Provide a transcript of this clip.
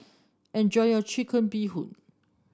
enjoy your Chicken Bee Hoon